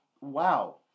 Wow